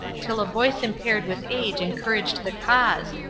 till a voice impaired with age encouraged the cause,